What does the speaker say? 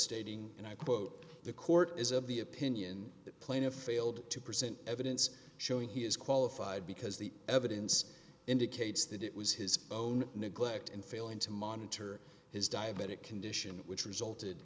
i quote the court is of the opinion that plaintiff failed to present evidence showing he is qualified because the evidence indicates that it was his own neglect in failing to monitor his diabetic condition which resulted